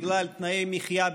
בגלל תנאי מחיה,